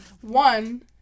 One